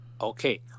Okay